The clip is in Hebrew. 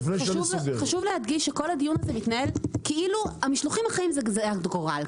חשוב להדגיש שכל הדיון הזה מתנהל כאילו המשלוחים החיים זה גזירת גורל,